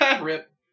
Rip